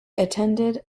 attended